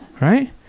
Right